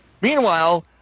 Meanwhile